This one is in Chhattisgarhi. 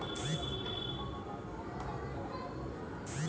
पसु पालन करे बर हे त जानवर के बने पालन पोसन, देख रेख, सेवा जनत करे बर परथे